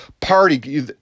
party